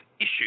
issue